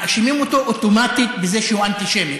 מאשימים אותו אוטומטית בזה שהוא אנטישמי,